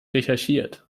recherchiert